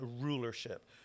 rulership